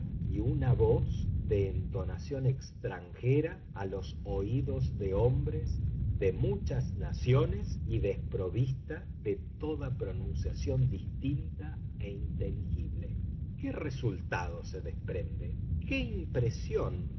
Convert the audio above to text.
y una voz de entonación extranjera a los oídos de hombres de muchas naciones y desprovista de toda pronunciación distinta e inteligible qué resultado se desprende qué impresión